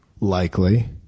likely